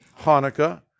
Hanukkah